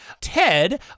Ted